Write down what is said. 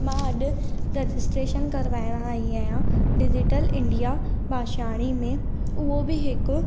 मां अॼु रजिस्ट्रेशन करवाइण आई आहियां डिजिटल इंडिया भाषाणी में उहो बि हिकु